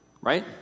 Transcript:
Right